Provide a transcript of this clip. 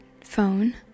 phone